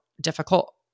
difficult